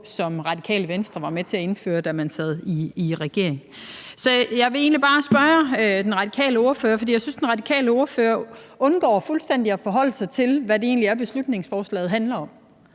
som Radikale Venstre var med til at indføre, da man sad i regering. Så jeg vil egentlig bare spørge den radikale ordfører – for jeg synes, at den radikale ordfører fuldstændig undgår at forholde sig til, hvad det egentlig er, beslutningsforslaget handler om,